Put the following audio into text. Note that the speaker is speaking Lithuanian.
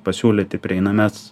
pasiūlyti prieinames